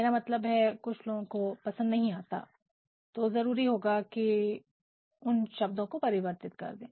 मेरा मतलब है कुछ लोगों को यह पसंद नहीं आता तो जरूरी होगा उन शब्दों को परिवर्तित कर दें